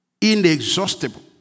inexhaustible